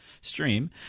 stream